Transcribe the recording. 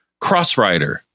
CrossRider